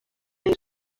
eye